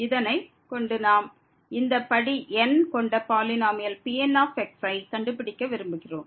இதனை கொண்டு நாம் இந்த படி n கொண்ட பாலினோமியல் Pn ஐ கண்டுபிடிக்க விரும்புகிறோம்